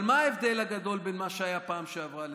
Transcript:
אבל מה ההבדל הגדול בין מה שהיה פעם שעברה לזה?